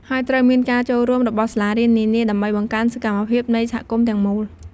ហើយត្រូវមានការចូលរួមរបស់សាលារៀននានា ដើម្បីបង្កើនសកម្មភាពនៃសហគមន៍ទាំងមូល។